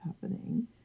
happening